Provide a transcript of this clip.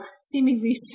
seemingly